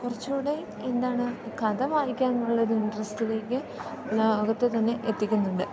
കുറച്ചുകൂടെ എന്താണ് കഥ വായിക്കാം എന്നുള്ളൊരു ഇൻട്രസ്റ്റിലേക്ക് ലോകത്തെ തന്നെ എത്തിക്കുന്നുണ്ട്